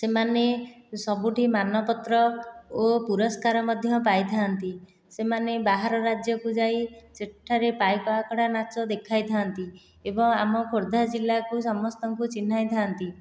ସେମାନେ ସବୁଠି ମାନପତ୍ର ଓ ପୁରସ୍କାର ମଧ୍ୟ ପାଇଥାନ୍ତି ସେମାନେ ବାହାର ରାଜ୍ୟକୁ ଯାଇ ସେଠାରେ ପାଇକ ଆଖଡ଼ା ନାଚ ଦେଖାଇଥାନ୍ତି ଏବଂ ଆମ ଖୋର୍ଦ୍ଧା ଜିଲ୍ଲାକୁ ସମସ୍ତଙ୍କୁ ଚିହ୍ନାଇଥାନ୍ତି